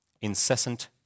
incessant